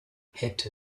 hätte